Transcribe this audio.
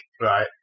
Right